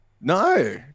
no